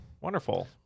Wonderful